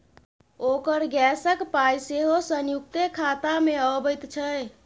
ओकर गैसक पाय सेहो संयुक्ते खातामे अबैत छै